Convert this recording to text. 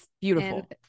beautiful